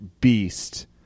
beast